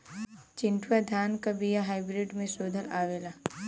चिन्टूवा धान क बिया हाइब्रिड में शोधल आवेला?